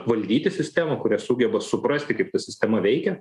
valdyti sistemą kurie sugeba suprasti kaip ta sistema veikia